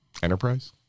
enterprise